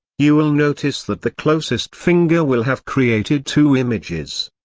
you will notice that the closest finger will have created two images.